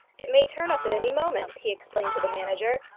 it may turn up at any moment, he explained to the manager,